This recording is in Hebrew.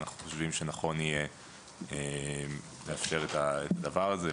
אנחנו חושבים שיהיה נכון לאפשר את הדבר הזה,